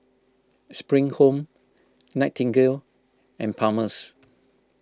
Spring Home Nightingale and Palmer's